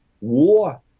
war